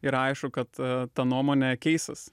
yra aišku kad ta nuomonė keisis